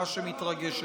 והרעה שמתרגשת.